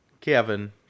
Kevin